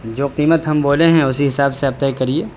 جو قیمت ہم بولے ہیں اسی حساب سے آپ طے کریے